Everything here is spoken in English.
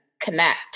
connect